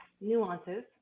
nuances